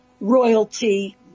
royalty